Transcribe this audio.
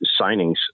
signings